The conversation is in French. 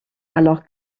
alors